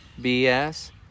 BS